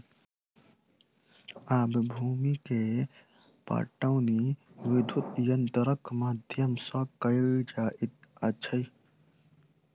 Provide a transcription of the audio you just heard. आब भूमि के पाटौनी विद्युत यंत्रक माध्यम सॅ कएल जाइत अछि